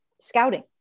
scouting